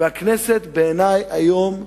והכנסת בעיני היום,